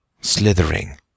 slithering